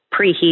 preheat